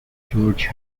george